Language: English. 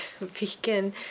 vegan